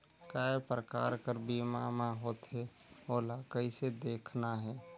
काय प्रकार कर बीमा मा होथे? ओला कइसे देखना है?